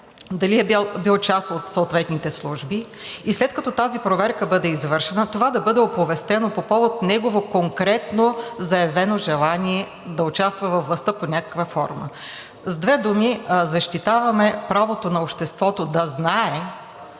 дали е бил част от съответните служби и след като тази проверка бъде извършена, това да бъде оповестено по повод негово конкретно заявено желание да участва във властта под някаква форма. С две думи, защитаваме правото на обществото да знае